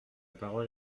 parole